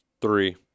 three